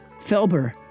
Felber